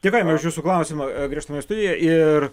dėkojame už jūsų klausimą grįžtam į studiją ir